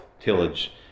tillage